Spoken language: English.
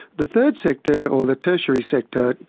the third sector, or the tertiary sector,